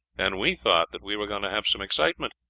and we thought that we were going to have some excitement,